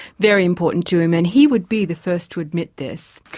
very important to him. and he would be the first to admit this.